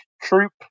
troop